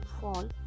fall